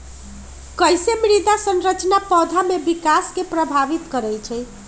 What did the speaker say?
कईसे मृदा संरचना पौधा में विकास के प्रभावित करई छई?